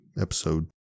episode